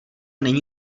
není